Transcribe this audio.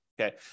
okay